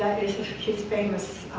his famous